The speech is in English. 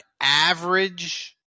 average